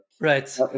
Right